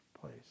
place